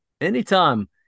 Anytime